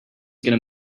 gonna